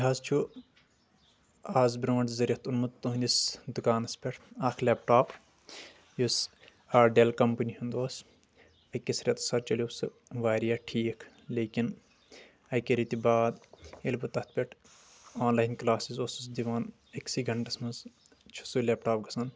مےٚ حظ چھُ آز برٛونٛٹھ زٕ رٮ۪تھ اوٚنمُت تہنٛدس دُکانس پٮ۪ٹھ اکھ لیپ ٹاپ یُس آ ڈٮ۪ل کمپنی ہُنٛد اوس أکِس رٮ۪تس حظ چلیو سُہ واریاہ ٹھیٖک لیکن اکہِ ریتہِ باد ییٚلہِ بہٕ تتھ پٮ۪ٹھ آن لاین کلاسز اوسُس دِوان أکۍ سے گنٛٹس منٛز چھُ سُہ لیپ ٹاپ گژھان